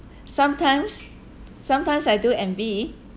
sometimes sometimes I do envy